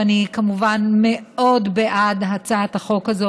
ואני כמובן מאוד בעד הצעת החוק הזאת.